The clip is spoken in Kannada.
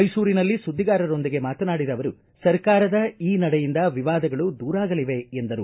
ಮೈಸೂರಿನಲ್ಲಿ ಸುದ್ವಿಗಾರರೊಂದಿಗೆ ಮಾತನಾಡಿದ ಅವರು ಸರ್ಕಾರದ ಈ ನಡೆಯಿಂದ ವಿವಾದಗಳು ದೂರಾಗಲಿವೆ ಎಂದರು